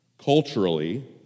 Culturally